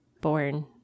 born